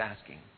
asking